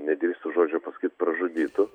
nedrįstu žodžio pasakyt pražudytų